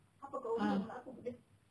ah